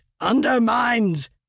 undermines